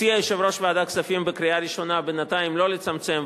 הציע יושב-ראש ועדת הכספים שלקריאה ראשונה בינתיים לא לצמצם,